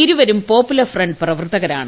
ഇരുവരും Popular Front പ്രവർത്തകരാണ്